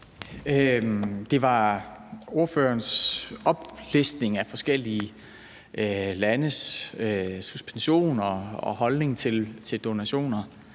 Det var ordførerens oplistning af forskellige landes suspension og holdning til donationer